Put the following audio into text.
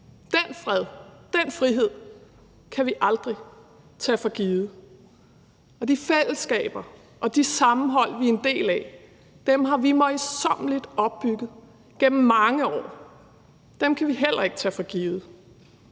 Den fred og den frihed kan vi aldrig tage for givet, og de fællesskaber og de sammenhold, vi er en del af, har vi møjsommeligt opbygget gennem mange år. Dem kan vi heller ikke tage for givet.